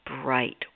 bright